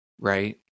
right